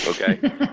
okay